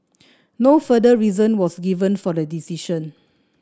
no further reason was given for the decision